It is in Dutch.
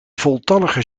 voltallige